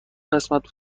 قسمت